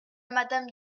madame